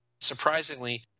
Surprisingly